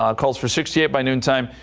um calls for sixty eight by noon time.